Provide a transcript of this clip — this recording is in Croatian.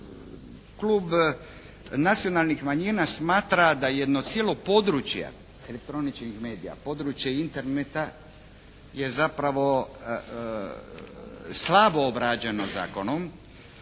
Klub nacionalnih manjina smatra da jedno cijelo područje elektroničkih medija, područje Interneta je zapravo slabo obrađeno zakonom.